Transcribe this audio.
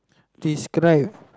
describe